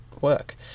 work